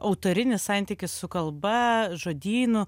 autorinis santykis su kalba žodynu